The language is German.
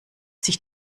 sich